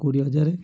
କୋଡି଼ଏ ହଜାର